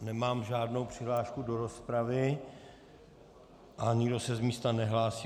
Nemám žádnou přihlášku do rozpravy a nikdo se z místa nehlásí.